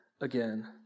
again